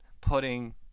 putting